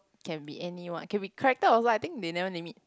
can be anyone can be character also I think they never name it